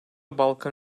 balkan